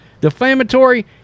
defamatory